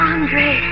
Andre